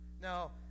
now